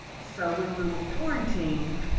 so when we were quarantined,